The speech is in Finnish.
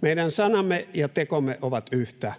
Meidän sanamme ja tekomme ovat yhtä.